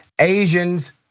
Asians